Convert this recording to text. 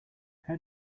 how